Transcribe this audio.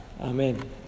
Amen